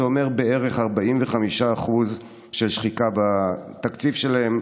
וזה אומר בערך 45% של שחיקה בתקציב שלהם.